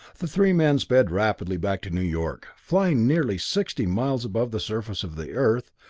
the three men sped rapidly back to new york, flying nearly sixty miles above the surface of the earth,